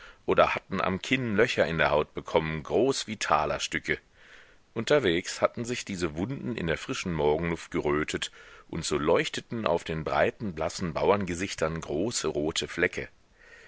oder hatten am kinn löcher in der haut bekommen groß wie talerstücke unterwegs hatten sich diese wunden in der frischen morgenluft gerötet und so leuchteten auf den breiten blassen bauerngesichtern große rote flecke